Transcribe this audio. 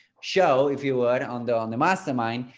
show if you were on the on the mastermind,